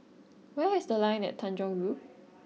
where is The Line at Tanjong Rhu